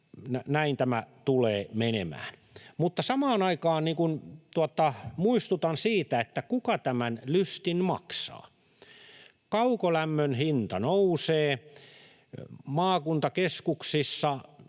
näin tämä tulee menemään. Mutta samaan aikaan muistutan siitä, kuka tämän lystin maksaa. Kaukolämmön hinta nousee, maakuntakeskuksissa